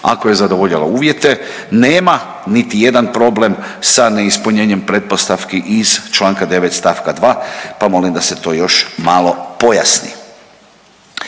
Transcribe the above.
ako je zadovoljila uvjete nema niti jedan problem sa neispunjenjem pretpostavki iz čl. 9. st. 2., pa molim da se to još malo pojasni.